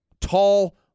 tall